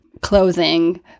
clothing